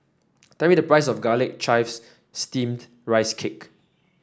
tell me the price of Garlic Chives Steamed Rice Cake